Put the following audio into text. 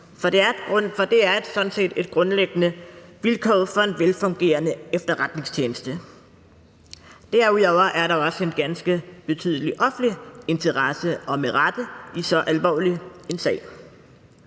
er sådan set et grundlæggende vilkår for en velfungerende efterretningstjeneste. Derudover er der også en ganske betydelig offentlig interesse, og med rette, i så alvorlig en sag.